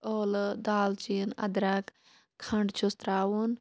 ٲلہٕ دالچیٖن أدرکھ کھنٛڈ چھُس ترٛاوُن